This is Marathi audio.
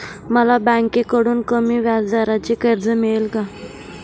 मला बँकेकडून कमी व्याजदराचे कर्ज मिळेल का?